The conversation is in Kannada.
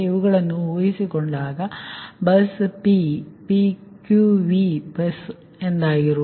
ಇವುಗಳನ್ನು ಊಹಿಸಿಕೊಳ್ಳಿ ಅಂದರೆ ಬಸ Pತಿಳಿದಿದೆ PQV ಬಸಗಾಗಿ ಸರಿ